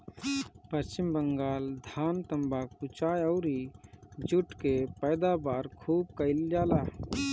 पश्चिम बंगाल धान, तम्बाकू, चाय अउरी जुट के पैदावार खूब कईल जाला